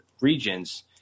regions